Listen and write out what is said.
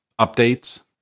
updates